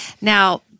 Now